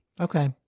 Okay